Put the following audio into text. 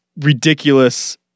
ridiculous